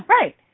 Right